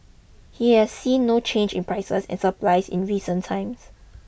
he has seen no change in prices and supplies in recent times